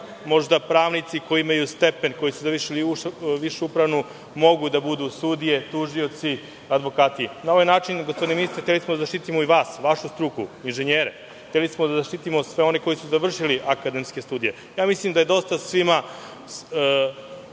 možda, pravnici koji imaju stepen i koji su završili višu, mogu da budu sudije, tužioci, advokati. Na ovaj način, gospodine ministre, hteli smo da zaštitimo vas, vašu struku, inženjere. Hteli smo da zaštitimo sve one koji su završili akademske studije. Mislim da je dosta svima